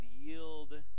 yield